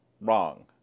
wrong